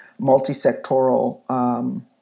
multisectoral